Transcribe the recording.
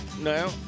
No